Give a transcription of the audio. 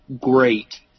great